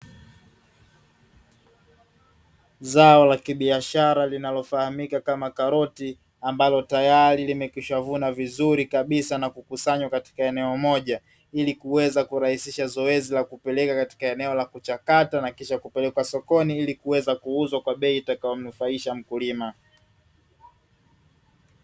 Zao la kibiashara linalofahamika kama “karoti”, ambalo tayari limekwishavunwa vizuri kabisa na kukusanywa katika eneo moja, ili kuweza kurahisisha zoezi la kupeleka katika eneo la kuchakata na kisha kupelekwa sokoni, ili kuweza kuuza kwa bei itakayomnufaisha mkulima.